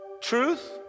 truth